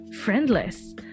friendless